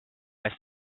eest